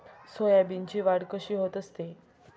सोयाबीनची वाढ कशी होत असते?